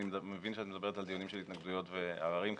אני מבין שאת מדברת על דיונים של התנגדויות ועררים כנראה.